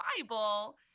Bible